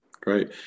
Great